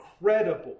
incredible